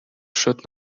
should